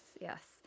yes